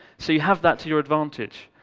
so you have that to your advantage.